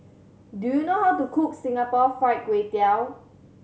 do you know how to cook Singapore Fried Kway Tiao